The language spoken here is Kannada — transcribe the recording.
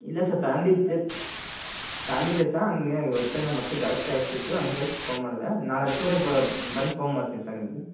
ಇಲ್ಲ ಸರ್ ತಾಂಡಿದ್ದೆ ತಾಂಡಿದ್ದೆ ಸಾರ್ ಹಾಗೆ ಈ ಹೊಟ್ಟೆ ನೋವು ಮತ್ತೆ ಜಾಸ್ತಿ ಆಗ್ತಿತ್ತು ಹಾಗಾಗಿ ಫೋನ್ ಮಾಡಿದೆ ನಾಳೆ ಹತ್ತುವರೆ ಬಂದು ಫೋನ್ ಮಾಡ್ತೀನಿ ಸರ್ ನಿಮಗೆ